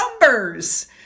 numbers